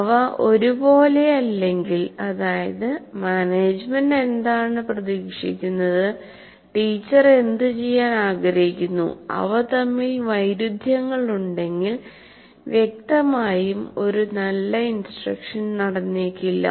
അവ ഒരുപോലെ അല്ലെങ്കിൽ അതായത് മാനേജുമെന്റ് എന്താണ് പ്രതീക്ഷിക്കുന്നത് ടീച്ചർ എന്തുചെയ്യാൻ ആഗ്രഹിക്കുന്നു അവ തമ്മിൽ വൈരുധ്യങ്ങൾ ഉണ്ടെങ്കിൽ വ്യക്തമായും ഒരു നല്ല ഇൻസ്ട്രക്ഷൻ നടന്നേക്കില്ല